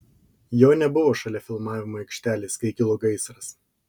jo nebuvo šalia filmavimo aikštelės kai kilo gaisras